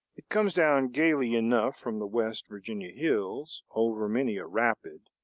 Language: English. it comes down gayly enough from the west virginia hills, over many a rapid,